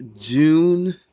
June